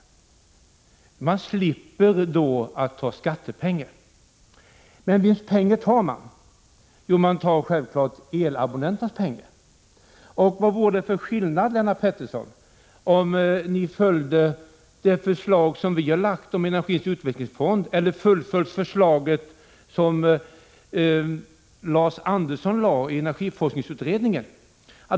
Man slipper då att ta skattepengar. Men vems pengar tar man? Jo, man tar självklart elabonnenternas pengar. Vad vore det för skillnad, Lennart Pettersson, om ni följde det förslag som vi har lagt om energins utvecklingsfond eller fullföljde det förslag som Lars Andersson lade fram i energiforskningsutredningen?